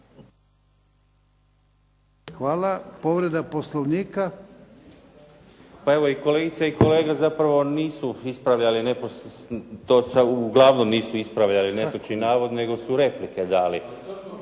**Josipović, Ivo (SDP)** Pa evo i kolegica i kolega zapravo nisu ispravljali, uglavnom nisu ispravljali netočni navod, nego su replike dali.